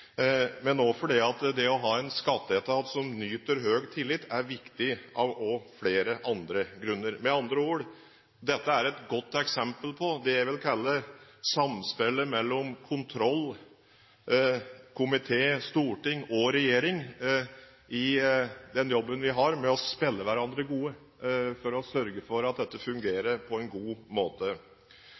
og fordi det å ha en skatteetat som nyter høy tillit, er viktig også av flere andre grunner. Med andre ord: Dette er et godt eksempel på det jeg vil kalle samspillet mellom kontrollkomité, storting og regjering i den jobben vi har med å spille hverandre gode for å sørge for at dette fungerer på en god måte.